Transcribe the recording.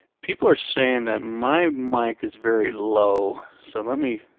people are saying that my mic is very low, so let me,